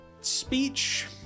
speech